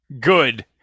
good